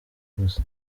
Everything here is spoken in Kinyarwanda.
gusa